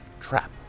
trap